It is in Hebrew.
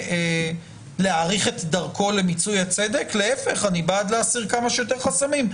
להפך, אני בעד להסיר כמה שיותר חסמים.